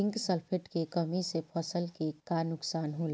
Zinc sulphate के कमी से फसल के का नुकसान होला?